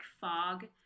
fog